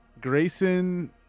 Grayson